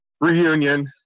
reunion